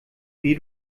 wie